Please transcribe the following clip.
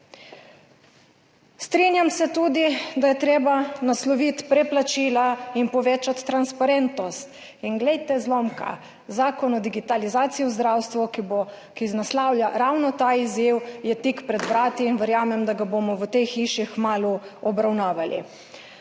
Strinjam se tudi, da je treba nasloviti preplačila in povečati transparentnost. Glejte, zlomka, zakon o digitalizaciji v zdravstvu, ki naslavlja ravno ta izziv, je tik pred vrati in verjamem, da ga bomo v tej hiši kmalu obravnavali.